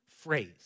phrase